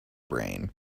brain